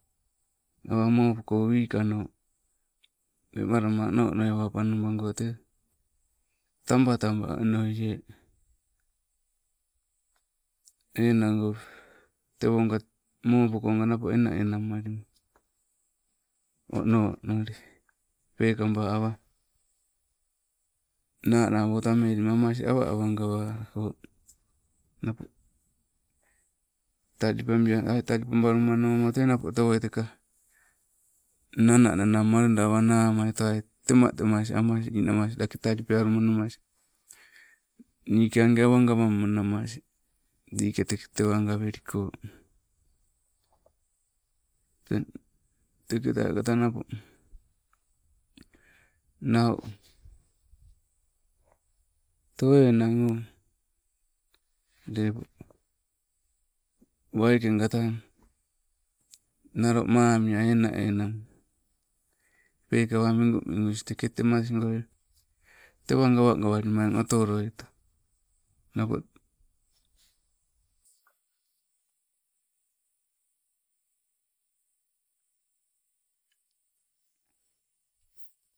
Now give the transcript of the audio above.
Awa mokopo wiikano wemalama onnoi awaa panomalako tee, taba taba onoie, enango tewoo anga mokopo nga napo ena enang malima ono onoli. Peekaba awa, nana wotamelima amas awa awa gaa wako nappo talipabia aii talipabalamano tee napo tewoi tekas nana nanangma loida awa nameitoai temetemas anas lakee talipea lumanamas niike agee awa gawammanamas like tekee tewa gaweliko. Teng teketai tang napo nau tee oh enang, tepo waikenga tang nalo memiai ena enang pekaba midumidunis teke temaskoi, tewa gawagawalima eng otoloto napo.